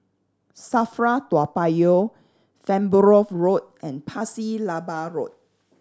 SAFRA Toa Payoh Farnborough Road and Pasir Laba Road